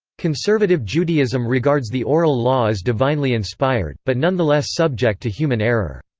conservative judaism regards the oral law as divinely inspired, but nonetheless subject to human error.